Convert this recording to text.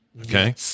Okay